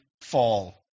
fall